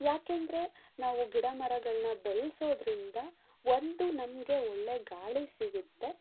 ಯಾಕೆಂದರೆ ನಾವು ಗಿಡಮರಗಳನ್ನ ಬೆಲೆಸೋದ್ರಿಂದ ಒಂದು ನಮಗೆ ಒಳ್ಳೆಯ ಗಾಳಿ ಸಿಗುತ್ತೆ